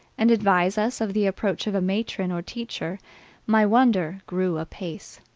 and advise us of the approach of a matron or teacher my wonder grew apace.